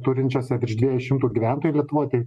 turinčiose virš dviejų šimtų gyventojų lietuvoj tai